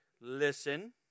Listen